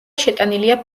შეტანილია